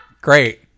Great